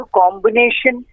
combination